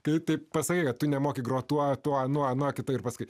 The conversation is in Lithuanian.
kai taip pasakei tu nemoki grotuoto nuo kito ir paskui